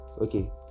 Okay